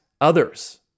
others